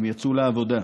הם יצאו לעבודה.